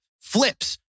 flips